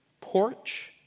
Porch